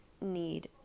need